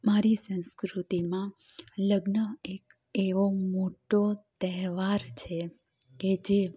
મારી સંસ્કૃતિમાં લગ્ન એક એવો મોટો તહેવાર છે કે જે